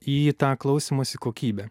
į tą klausymosi kokybę